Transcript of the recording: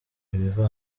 ibiva